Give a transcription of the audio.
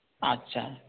ᱟᱪᱪᱷᱟ